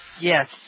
Yes